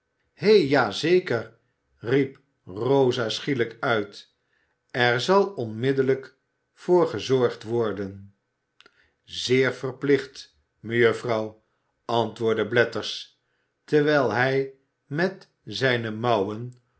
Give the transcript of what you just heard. ja zeker riep rosa schielijk uit er zal onmiddellijk voor gezorgd worden zeer verplicht mejuffrouw antwoordde blathers terwijl hij met zijne mouwen